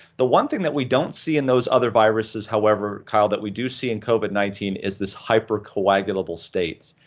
the one thing that we don't see in those other viruses, however, kyle, that we do see in covid nineteen is this hypercoagulable state.